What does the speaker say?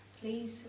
Please